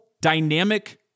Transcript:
dynamic